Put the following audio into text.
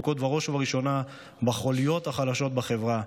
ופוגעות בראש ובראשונה בחוליות החלשות בחברה,